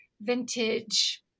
vintage